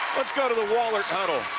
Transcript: let's go to the wahlert huddle.